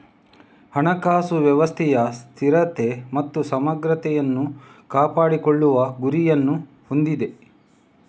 ಹಣಕಾಸು ವ್ಯವಸ್ಥೆಯ ಸ್ಥಿರತೆ ಮತ್ತು ಸಮಗ್ರತೆಯನ್ನು ಕಾಪಾಡಿಕೊಳ್ಳುವ ಗುರಿಯನ್ನು ಹೊಂದಿದೆ